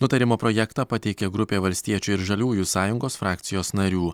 nutarimo projektą pateikė grupė valstiečių ir žaliųjų sąjungos frakcijos narių